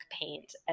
paint